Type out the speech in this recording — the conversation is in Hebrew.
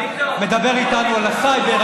מדבר איתנו על הסייבר,